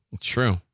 true